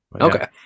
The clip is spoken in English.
Okay